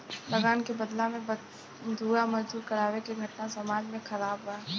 लगान के बदला में बंधुआ मजदूरी करावे के घटना समाज में खराब बा